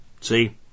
See